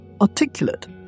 articulate